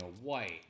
white